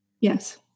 yes